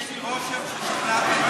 צחי, אפשר?